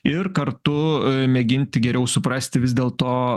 ir kartu mėginti geriau suprasti vis dėl to